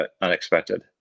unexpected